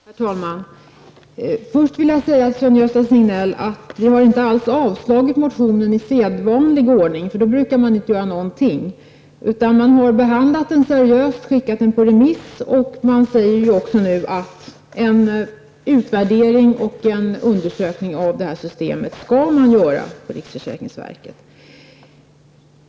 Herr talman! Först vill jag säga till Sven-Gösta Signell att vi inte alls har avstyrkt motionen i sedvanlig ordning -- för då brukar man inte göra någonting. Vi har behandlat den seriöst och skickat den på remiss. Vi säger ju också nu att en utvärdering och en undersökning av det här systemet skall göras på riksförsäkringsverket.